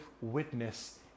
witness